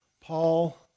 Paul